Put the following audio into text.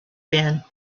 been